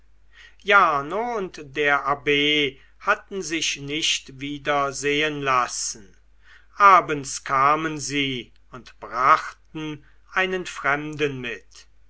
jarno und der abb hatten sich nicht wieder sehen lassen abends kamen sie und brachten einen fremden mit